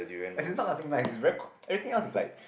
as in not nothing nice is very everything else is like